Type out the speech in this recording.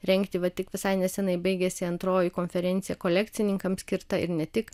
rengti va tik visai neseniai baigėsi antroji konferencija kolekcininkams skirta ir ne tik